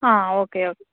ആ okay okay